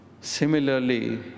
Similarly